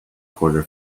quarter